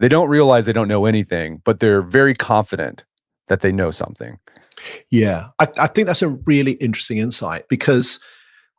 they don't realize they don't know anything but they're very confident that they know something yeah. i think that's a really interesting insight because